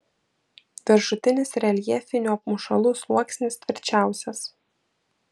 viršutinis reljefinių apmušalų sluoksnis tvirčiausias